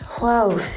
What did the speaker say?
wow